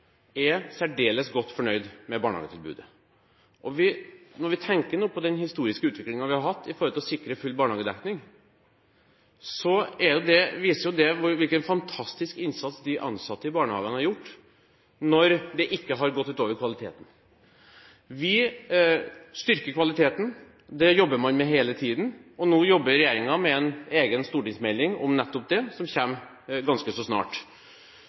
er særdeles godt fornøyd med barnehagetilbudet. Når vi tenker på den historiske utviklingen som har vært når det gjelder å sikre full barnehagedekning, viser det hvilken fantastisk innsats de ansatte i barnehagene har gjort, når det ikke har gått ut over kvaliteten. Vi styrker kvaliteten – det jobber man med hele tiden – og nå jobber regjeringen med en egen stortingsmelding om nettopp det, som kommer ganske så snart.